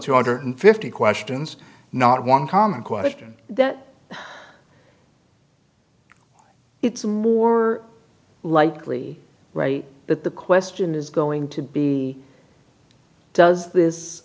two hundred fifty questions not one common question that it's more likely right that the question is going to be does this